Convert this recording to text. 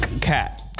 Cat